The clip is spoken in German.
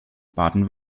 baden